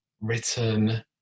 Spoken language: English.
written